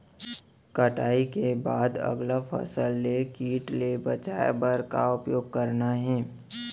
कटाई के बाद अगला फसल ले किट ले बचाए बर का उपाय करना हे?